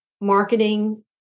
marketing